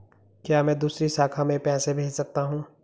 क्या मैं दूसरी शाखा में पैसे भेज सकता हूँ?